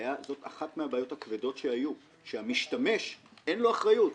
זו אחת מהבעיות הכבדות שהיו, שלמשתמש אין אחריות.